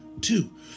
Two